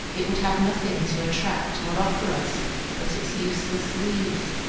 it would have nothing to attract or offer us but its useless leaves.